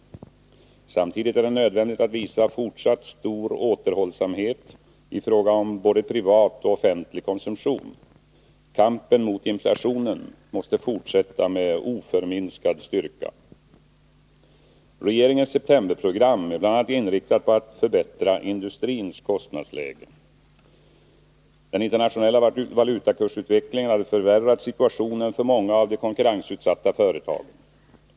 Samtidigt är det nödvändigt att visa fortsatt stor återhållsamhet i fråga om både privat och offentlig konsumtion. Kampen mot inflationen måste fortsätta med oförminskad styrka. Regeringens septemberprogram är bl.a. inriktat på att förbättra industrins kostnadsläge. Den internationella valutakursutvecklingen har förvärrat situationen för många av de konkurrensutsatta företagen.